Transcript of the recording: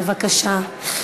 בבקשה.